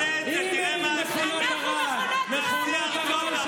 אחר כך תשלחו חברי כנסת להגיד כמה נורא בדיקטטורה הנוראה של